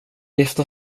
gifta